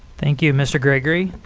thank you, mr. gregory.